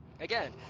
again